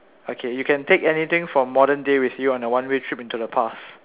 okay you can take anything from modern day with you on a one way trip into the past